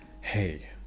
hey